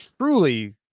truly